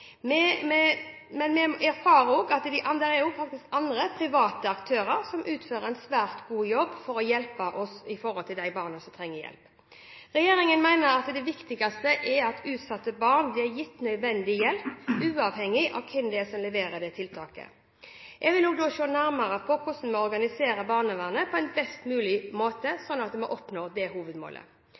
men vi erfarer at det også er andre private aktører som utfører en svært god jobb for å hjelpe oss med hensyn til de barna som trenger det. Regjeringen mener at det viktigste er at utsatte barn blir gitt nødvendig hjelp, uavhengig av hvem som leverer tiltaket. Jeg vil se nærmere på hvordan vi organiserer barnevernet på en best mulig måte, slik at vi oppnår det hovedmålet.